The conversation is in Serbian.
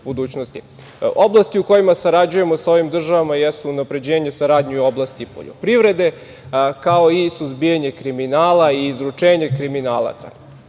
u kojima sarađujemo sa ovim državama jesu unapređenje saradnje u oblasti poljoprivrede, kao i suzbijanje kriminala i izručenje kriminalaca.